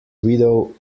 widow